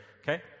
okay